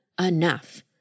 enough